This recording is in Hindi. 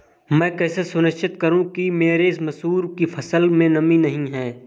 मैं कैसे सुनिश्चित करूँ कि मेरी मसूर की फसल में नमी नहीं है?